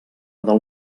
del